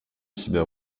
себя